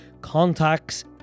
contacts